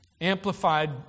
Amplified